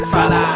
Fala